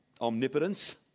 omnipotence